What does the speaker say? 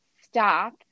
stop